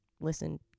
Listen